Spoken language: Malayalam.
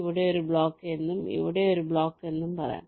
ഇവിടെ ഒരു ബ്ലോക്ക് എന്നും ഇവിടെ ഒരു ബ്ലോക്ക് എന്നും പറയാം